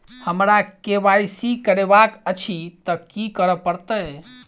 हमरा केँ Y C करेवाक अछि तऽ की करऽ पड़तै?